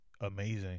amazing